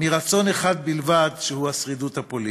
מרצון אחד בלבד, שהוא השרידות הפוליטית.